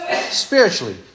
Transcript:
spiritually